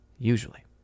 Usually